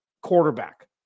quarterback